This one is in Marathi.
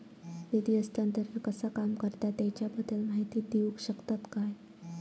निधी हस्तांतरण कसा काम करता ह्याच्या बद्दल माहिती दिउक शकतात काय?